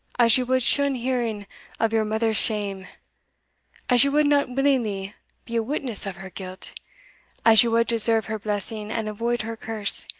as ye wad shun hearing of your mother's shame as ye wad not willingly be a witness of her guilt as ye wad deserve her blessing and avoid her curse,